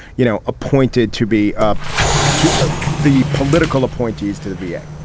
you know, appointed to be up to ah the political appointees to the v a.